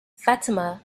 fatima